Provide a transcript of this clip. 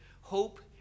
Hope